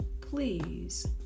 please